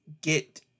get